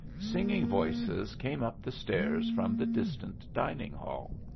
singing voices came up the stairs from the distant dining-hall.